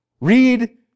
Read